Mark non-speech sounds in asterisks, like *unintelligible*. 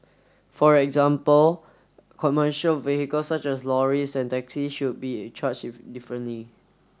for example commercial vehicle such as lorries and taxis should be charged *unintelligible* differently